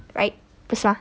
right 不是吗